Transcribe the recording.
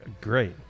great